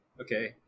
Okay